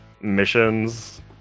missions